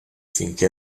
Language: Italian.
finché